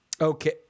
Okay